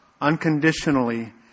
unconditionally